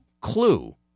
clue